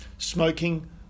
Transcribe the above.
Smoking